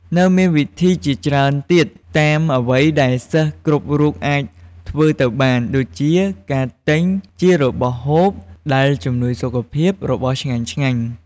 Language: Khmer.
នៅមានវិធីជាច្រើនទៀតតាមអ្វីដែលសិស្សគ្រប់រូបអាចធ្វើទៅបាន ដូចជាការទិញជារបស់ហូប ដែលជំនួយសុខភាព របស់ឆ្ងាញ់ៗ។